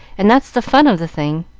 and that's the fun of the thing.